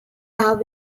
are